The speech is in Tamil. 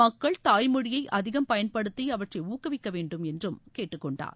மக்கள் தாய்மொழியை அதிகம் பயன்படுத்தி அவற்றை ஊக்குவிக்க வேண்டும் என்று அவர் கேட்டுக் கொண்டார்